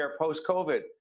post-COVID